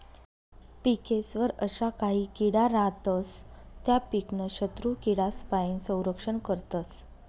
पिकेस्वर अशा काही किडा रातस त्या पीकनं शत्रुकीडासपाईन संरक्षण करतस